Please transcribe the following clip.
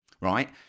right